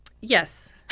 yes